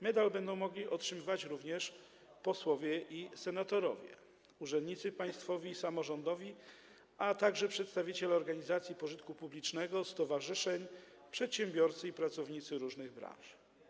Medal będą mogli otrzymywać również posłowie i senatorowie, urzędnicy państwowi i samorządowi, a także przedstawiciele organizacji pożytku publicznego, stowarzyszeń, przedsiębiorcy i pracownicy różnych branż.